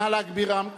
נא להגביר רמקולים.